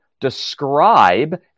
describe